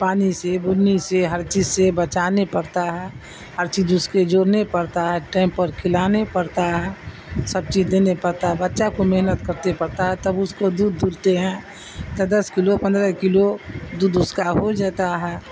پانی سے بنی سے ہر چیز سے بچانے پڑتا ہے ہر چیز اس کے جوڑنے پڑتا ہے ٹئم پر کھلانے پڑتا ہے سب چیز دینے پڑتا ہے بچہ کو محنت کرتے پڑتا ہے تب اس کو دودھ دھلتے ہیں دس کلو پندرہ کلو دودھ اس کا ہو جاتتا ہے